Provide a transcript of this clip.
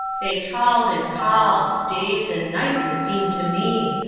they called and called days and nights, it seemed to me.